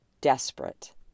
desperate